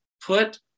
put